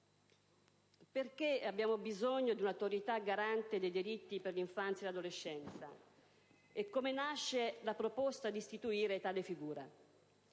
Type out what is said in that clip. Perché abbiamo bisogno di un'Autorità garante dei diritti per l'infanzia e l'adolescenza? E come nasce la proposta di istituire tale figura?